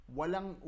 walang